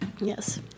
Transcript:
Yes